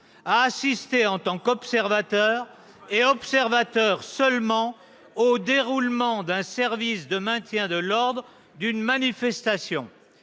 à assister en tant qu'observateurs- et observateurs seulement -au déroulement d'un service de maintien de l'ordre d'une manifestation.